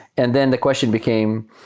and then the question became,